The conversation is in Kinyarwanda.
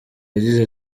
yagize